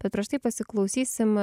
bet prieš tai pasiklausysim